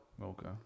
Okay